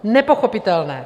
Nepochopitelné.